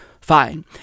Fine